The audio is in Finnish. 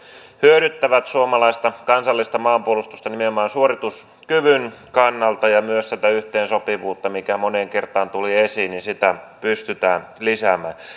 hyödyttävät suomalaista kansallista maanpuolustusta nimenomaan suorituskyvyn kannalta ja myös tätä yhteensopivuutta mikä moneen kertaan tuli esiin pystytään lisäämään